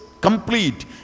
complete